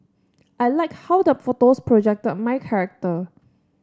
I like how the photos projected my character